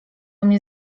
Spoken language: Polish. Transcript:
mnie